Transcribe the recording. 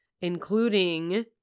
including